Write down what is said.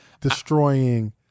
Destroying